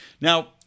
Now